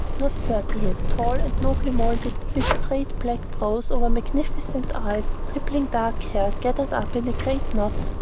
not thirty yet, tall and nobly molded, with straight black brows over magnificent eyes rippling dark hair gathered up in a great knot,